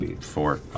four